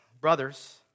brothers